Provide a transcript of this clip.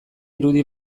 irudi